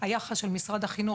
היחס של משרד החינוך,